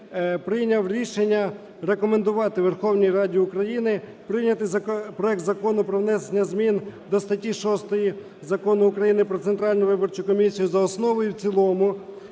прийняв рішення рекомендувати Верховній Раді України прийняти проект Закону про внесення зміни до статті 6 Закону України "Про Центральну виборчу комісію" за основу і в цілому